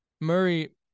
Murray